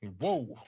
Whoa